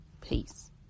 peace